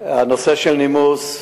הנושא של נימוס,